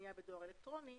לפנייה בדואר אלקטרוני,